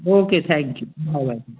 okay thank you welcome